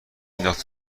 نداختی